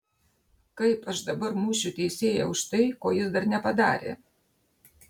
kaip aš dabar mušiu teisėją už tai ko jis dar nepadarė